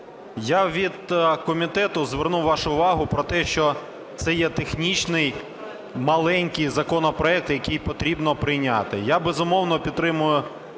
я від комітету зверну вашу увагу про те, що це є технічний, маленький законопроект, який потрібно прийняти. Я, безумовно, підтримую